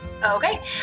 Okay